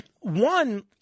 One